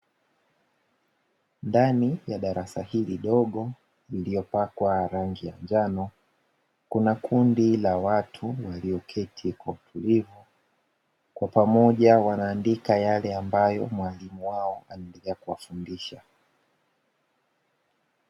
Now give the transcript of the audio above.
Ndani ya darasa hili dogo lililopakwa rangi ya njano, kuna kundi la watu walioketi kwa utulivu kwa pamoja wanaandika yale ambayo mwalimu wao alikuja kuwafundisha.